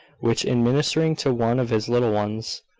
which, in ministering to one of his little ones,